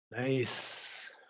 Nice